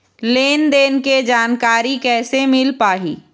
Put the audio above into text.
लेन देन के जानकारी कैसे मिल पाही?